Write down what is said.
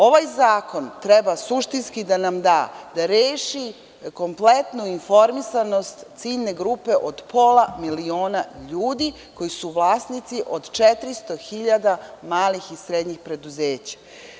Ovaj zakon treba suštinski da nam da, da reši kompletnu informisanost ciljne grupe od pola miliona ljudi koji su vlasnici od 400.000 malih i srednjih preduzeća.